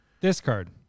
Discard